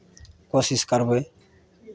कोशिश करबै